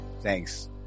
Thanks